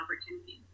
opportunities